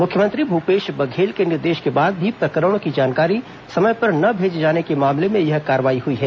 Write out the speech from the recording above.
मुख्यमंत्री भूपेश बघेल के निर्देश के बाद भी प्रकरणों की जानकारी समय पर न भेजे जाने के मामले में यह कार्रवाई हुई है